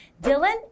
Dylan